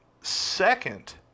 Second